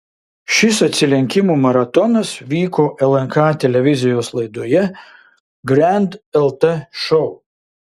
šis atsilenkimų maratonas vyko lnk televizijos laidoje grand lt šou